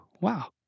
Wow